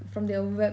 from their web